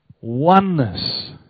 Oneness